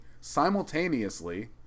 simultaneously